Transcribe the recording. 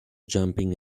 jumping